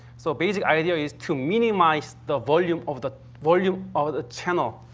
so, basic idea is to minimize the volume of the volume of the channel.